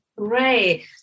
Great